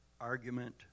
argument